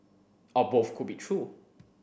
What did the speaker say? or both could be true